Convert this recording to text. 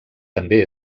també